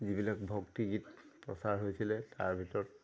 যিবিলাক ভক্তিগীত প্ৰচাৰ হৈছিলে তাৰ ভিতৰত